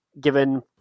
given